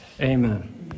Amen